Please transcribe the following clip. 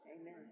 Amen